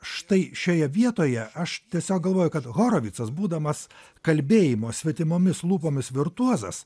štai šioje vietoje aš tiesiog galvoju kad horovicas būdamas kalbėjimo svetimomis lūpomis virtuozas